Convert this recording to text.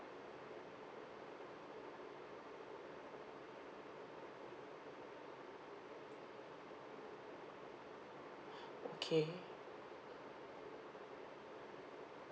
okay